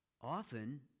Often